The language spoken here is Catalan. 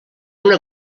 una